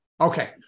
Okay